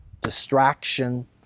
distraction